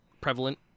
prevalent